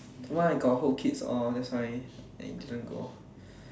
why I got all that's why I didn't go